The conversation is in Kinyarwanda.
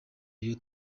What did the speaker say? royal